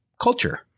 culture